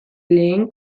lehen